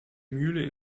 mühle